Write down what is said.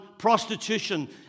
prostitution